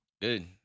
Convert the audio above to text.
Good